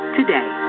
today